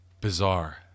bizarre